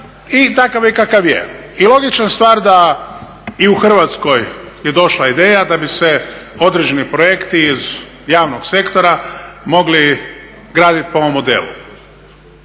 i takav je kakav je. I logična stvar da i u Hrvatskoj je došla ideja da bi se određeni projekti iz javnog sektora mogli graditi po ovom modelu.